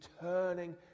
turning